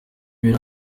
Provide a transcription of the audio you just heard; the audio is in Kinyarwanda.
ibi